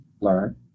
learn